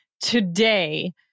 today